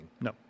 No